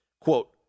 Quote